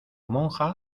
monja